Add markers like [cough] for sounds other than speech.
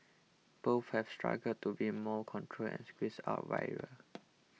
both have struggled to win more control and squeeze out rivals [noise]